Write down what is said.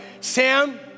Sam